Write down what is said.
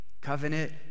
covenant